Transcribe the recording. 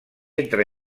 entre